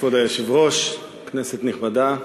כבוד היושב-ראש, כנסת נכבדה,